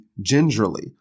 gingerly